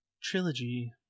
trilogy